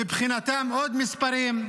מבחינתם עוד מספרים,